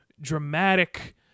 dramatic